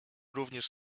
również